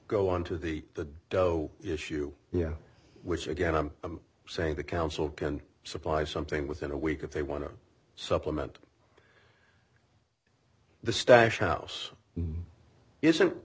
go on to the dough issue you know which again i'm saying the council can supply something within a week if they want to supplement the stash house isn't